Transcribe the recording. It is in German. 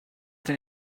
denn